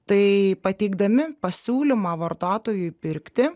tai pateikdami pasiūlymą vartotojui pirkti